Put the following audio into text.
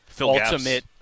ultimate